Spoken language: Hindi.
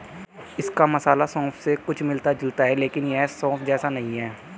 इसका मसाला सौंफ से कुछ मिलता जुलता है लेकिन यह सौंफ जैसा नहीं है